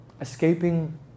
Escaping